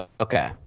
Okay